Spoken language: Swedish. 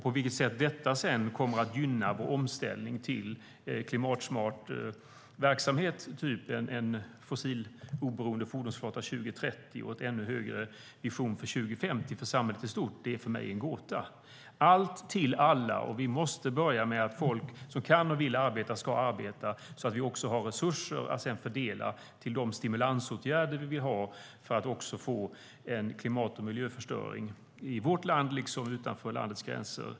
På vilket sätt detta sedan kommer att gynna vår omställning till klimatsmart verksamhet, typ en fossiloberoende fordonsflotta 2030 och en ännu högre vision för 2050 när det gäller samhället i stort, är för mig en gåta. Allt till alla, och vi måste börja med att folk som kan och vill arbeta ska arbeta så att vi har resurser att sedan fördela till de stimulansåtgärder vi vill ha för att hindra klimat och miljöförstöring - i vårt land liksom utanför landets gränser.